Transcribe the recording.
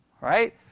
right